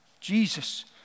Jesus